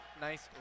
Nice